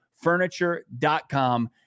Furniture.com